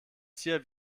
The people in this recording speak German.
tier